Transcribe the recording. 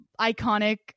iconic